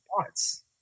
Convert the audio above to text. thoughts